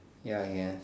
ya ya